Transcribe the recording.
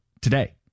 today